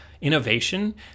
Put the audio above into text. innovation